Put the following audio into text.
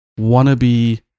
wannabe